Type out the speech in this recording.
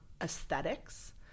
aesthetics